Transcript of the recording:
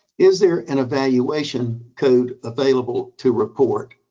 is there an evaluation code available to report?